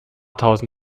tausend